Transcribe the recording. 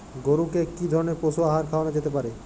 গরু কে কি ধরনের পশু আহার খাওয়ানো যেতে পারে?